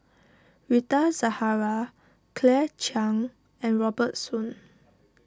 Rita Zahara Claire Chiang and Robert Soon